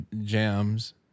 jams